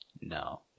no